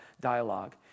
dialogue